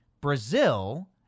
Brazil